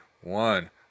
One